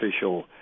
official